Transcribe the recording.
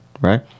right